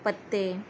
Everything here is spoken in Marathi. पत्ते